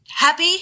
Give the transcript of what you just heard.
Happy